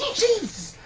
geeze!